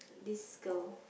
this girl